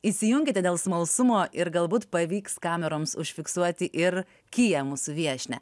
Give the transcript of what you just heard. įsijunkite dėl smalsumo ir galbūt pavyks kameroms užfiksuoti ir kiją mūsų viešnią